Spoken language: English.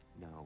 No